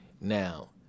Now